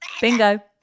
bingo